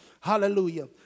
Hallelujah